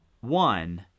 one